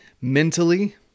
mentally